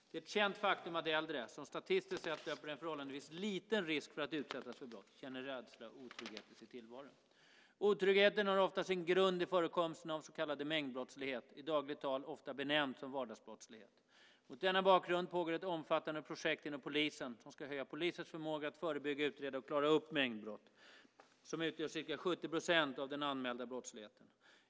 Det är ett känt faktum att äldre, som statistiskt sett löper en förhållandevis liten risk för att utsättas för brott, känner rädsla och otrygghet i sin tillvaro. Otrygghet har ofta sin grund i förekomsten av så kallad mängdbrottslighet, i dagligt tal ofta benämnd som vardagsbrottslighet. Mot denna bakgrund pågår ett omfattande projekt inom polisen som ska höja polisens förmåga att förebygga, utreda och klara upp mängdbrott, som utgör ca 70 % av den anmälda brottsligheten.